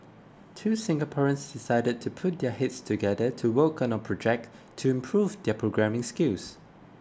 two Singaporeans decided to put their heads together to work on a project to improve their programming skills